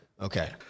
Okay